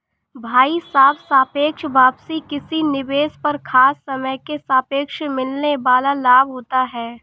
भाई साहब सापेक्ष वापसी किसी निवेश पर खास समय के सापेक्ष मिलने वाल लाभ होता है